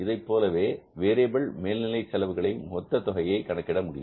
இதைப்போலவே வேரியபில் மேல்நிலை செலவுகளையும் மொத்த தொகையை கணக்கிட வேண்டும்